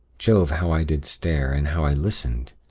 jove! how i did stare, and how i listened.